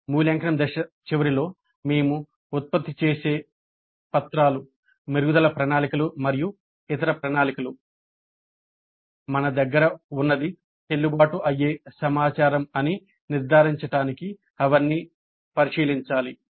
మూల్యాంకనం దశ చివరిలో మేము ఉత్పత్తి చేసే పత్రాలు మన దగ్గర ఉన్నది చెల్లుబాటు అయ్యే సమాచారం అని నిర్ధారించడానికి అవన్నీ పరిశీలించాలి